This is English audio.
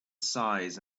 size